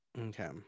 okay